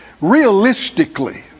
Realistically